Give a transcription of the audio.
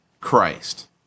Christ